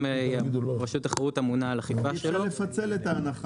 אם רשות התחרות הממונה על אכיפה שלו -- אבל אי אפשר לפצל את ההנחה?